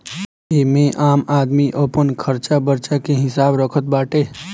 एमे आम आदमी अपन खरचा बर्चा के हिसाब रखत बाटे